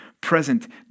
present